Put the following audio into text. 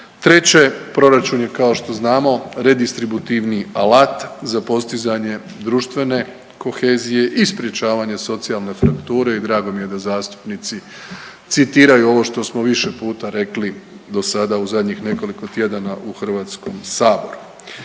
Treće, proračun je kao što znamo redistributivni alat za postizanje društvene kohezije i sprječavanje socijalne frakture i drago mi je da zastupnici citiraju ovo što smo više puta rekli do sada u zadnjih nekoliko tjedana u Hrvatskom saboru.